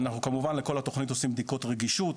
אנחנו כמובן לכל התכנית עושים בדיקות רגישות,